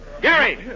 Gary